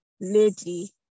lady